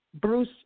Bruce